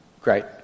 great